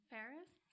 Ferris